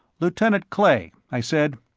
lieutenant clay, i said.